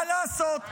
מה לעשות,